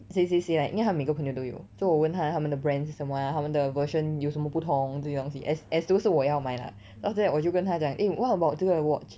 谁谁谁 like 因为他每个朋友都有 so 我问他他们的 brand 是什么 ah 他们的 version 有什么不同这些东西 as as 就是我要买 lah then after that 我就跟他讲 eh what about 这个 watch